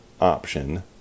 option